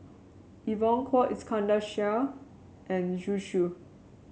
Evon Kow Iskandar Shah and Zhu Xu